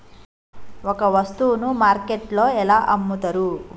ఒక వస్తువును మార్కెట్లో ఎలా అమ్ముతరు?